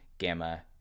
Gamma